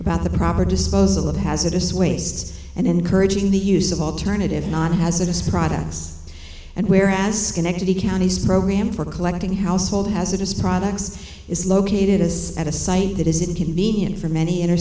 about the proper disposal of hazardous waste and encouraging the use of alternative not hazardous products and where as connected the county's program for collecting household hazardous products is located is at a site that is inconvenient for many inner